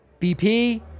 bp